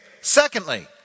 secondly